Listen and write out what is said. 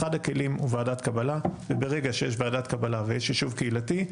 אחד הכלים הוא ועדת קבלה ויש ישוב קהילתי,